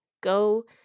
Go